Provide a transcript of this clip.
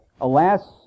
Alas